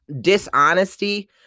dishonesty